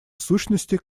сущности